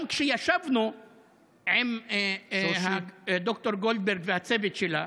גם כשישבנו עם ד"ר גולדברג והצוות שלה,